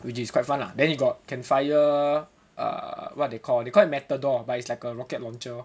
which is quite fun lah then you got can fire err what you call they call it matador but it's like a rocket launcher lor